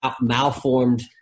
malformed